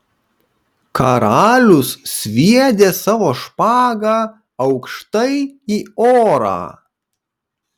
karalius sviedė savo špagą aukštai į orą